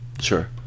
sure